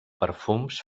perfums